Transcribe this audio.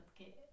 Okay